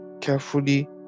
carefully